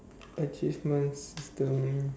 achievements is the um